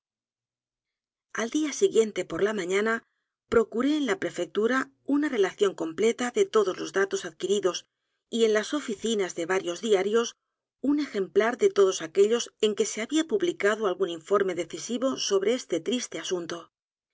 al día siguiente por la mañana procuró en la p r e fectura una relación completa de todos los datos adquiridos y en las oficinas de varios diarios un ejemplar de todos aquellos en que se había publicado algún informe decisivo sobre este triste asunto